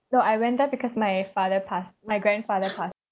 so I went there because my father passed my grandfather passed